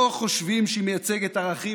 לא חושבים שהיא מייצגת ערכים,